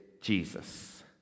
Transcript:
Jesus